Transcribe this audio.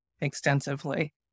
extensively